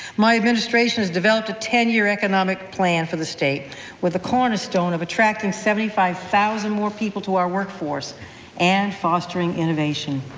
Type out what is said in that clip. my administration has developed a ten-year economic plan for the state with a cornerstone of attracting seventy five thousand more people to our workforce and fostering innovation.